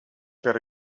per